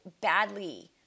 badly